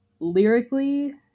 lyrically